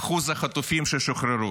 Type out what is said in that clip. אחוז החטופים ששוחררו.